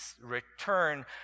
return